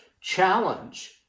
challenge